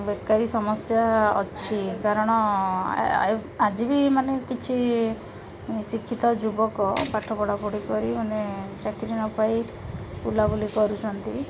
ବେକାରୀ ସମସ୍ୟା ଅଛି କାରଣ ଆଜି ବି ମାନେ କିଛି ଶିକ୍ଷିତ ଯୁବକ ପାଠ ପଢ଼ାପଢ଼ି କରି ମାନେ ଚାକିରି ନ ପାଇ ବୁଲାବୁଲି କରୁଛନ୍ତି